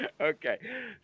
Okay